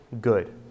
good